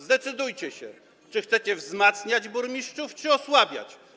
Zdecydujcie się: Czy chcecie wzmacniać burmistrzów czy osłabiać?